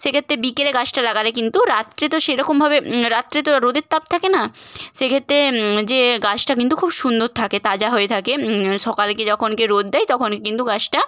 সেক্ষেত্রে বিকেলে গাছটা লাগালে কিন্তু রাত্রে তো সেরকমভাবে রাত্রে তো রোদের তাপ থাকে না সেক্ষেত্রে যে গাছটা কিন্তু খুব সুন্দর থাকে তাজা হয়ে থাকে সকালকে যখনকে রোদ দেয় তখন কিন্তু গাছটা